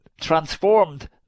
transformed